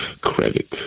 credit